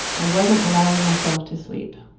i wasn't allowing myself to sleep